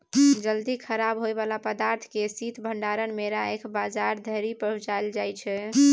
जल्दी खराब होइ बला पदार्थ केँ शीत भंडारण मे राखि बजार धरि पहुँचाएल जाइ छै